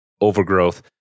overgrowth